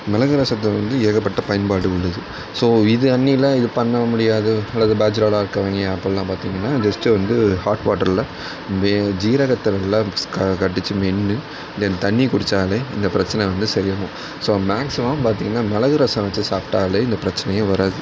மிளகு ரசத்தை வந்து ஏகப்பட்ட பயன்பாடு உள்ளது ஸோ இது அணியில் இதை பண்ண முடியாது அல்லது பேச்சிலராக இருக்கவிங்க அப்படில்லா பார்த்திங்கன்னா ஜஸ்ட் வந்து ஹாட் வாட்டரில் மி சீரகத்தை நல்லா கடிச்சு மென்று தென் தண்ணி குடித்தாலே இந்த பிரச்சின வந்து சரி ஆகும் ஸோ மேக்ஸிமம் பார்த்திங்கன்னா மிளகு ரசம் வச்சு சாப்பிட்டாலே இந்த பிரச்சினையே வராது